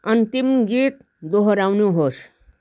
अन्तिम गीत दोहोऱ्याउनुहोस्